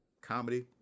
comedy